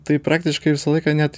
tai praktiškai visą laiką net